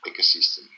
ecosystem